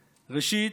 ראשית,